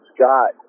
Scott